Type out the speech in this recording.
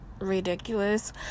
ridiculous